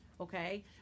okay